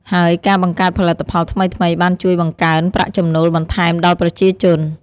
ហើយការបង្កើតផលិតផលថ្មីៗបានជួយបង្កើនប្រាក់ចំណូលបន្ថែមដល់ប្រជាជន។